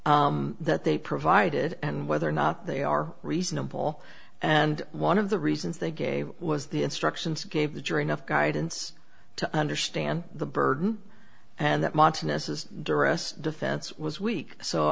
that they provided and whether or not they are reasonable and one of the reasons they gave was the instructions gave the jury enough guidance to understand the burden and that montanus is duress defense was weak so